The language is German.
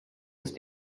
ist